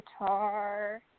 guitar